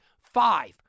five